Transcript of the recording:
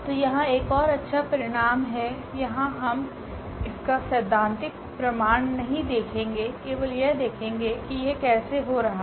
तो यहाँ एक ओर अच्छा परिणाम है यहाँ हम इसका सैधांतिक प्रमाण नहीं देखेगे केवल यह देखेगे कि यह कैसे हो रहा है